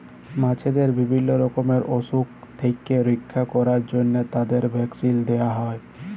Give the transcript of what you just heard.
মাছদের বিভিল্য রকমের অসুখ থেক্যে রক্ষা ক্যরার জন্হে তাদের ভ্যাকসিল দেয়া হ্যয়ে